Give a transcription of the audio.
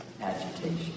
agitation